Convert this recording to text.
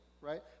right